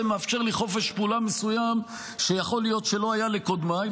זה מאפשר לי חופש פעולה מסוים שיכול להיות שלא היה לקודמיי,